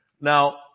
Now